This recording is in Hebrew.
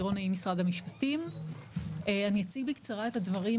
אני אציג בקצרה את הדברים,